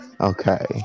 Okay